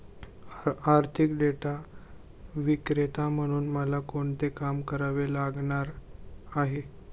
आर्थिक डेटा विक्रेता म्हणून मला कोणते काम करावे लागणार आहे?